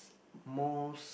most